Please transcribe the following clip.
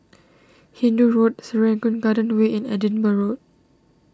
Hindoo Road Serangoon Garden Way and Edinburgh Road